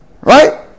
Right